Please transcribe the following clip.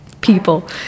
People